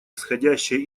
исходящие